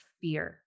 fear